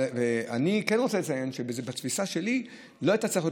אבל אני כן רוצה לציין שבתפיסה שלי לא הייתה צריכה להיות